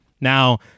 Now